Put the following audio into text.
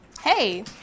Hey